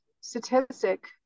statistic